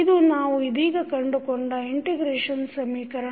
ಇದು ನಾವು ಇದೀಗ ಕಂಡುಕೊಂಡ ಇಂಟಿಗ್ರೇಷನ್ ಸಮೀಕರಣ